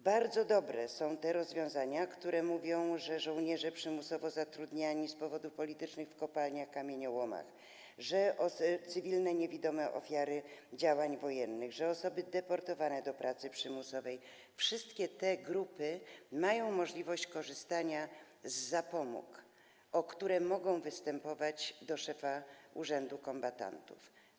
Bardzo dobre są te rozwiązania, które mówią, że żołnierze przymusowo zatrudniani z powodów politycznych w kopalniach, kamieniołomach, cywilne niewidome ofiary działań wojennych, osoby deportowane do pracy przymusowej - wszystkie te grupy mają możliwość korzystania z zapomóg, o które mogą występować do szefa urzędu do spraw kombatantów.